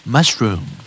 Mushroom